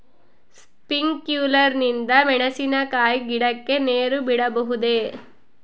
Sprinkler ನಿಂದ ಮೆಣಸಿನಕಾಯಿ ಗಿಡಕ್ಕೆ ನೇರು ಬಿಡಬಹುದೆ?